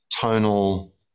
tonal